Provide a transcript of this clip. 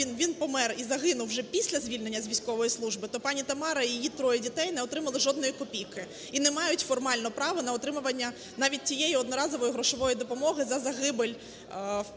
він помер і загинув вже після звільнення з військової служби, то пані Тамара і її троє дітей не отримали жодної копійки і не мають формально права на отримання навіть тієї одноразової грошової допомоги за загибель